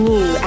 New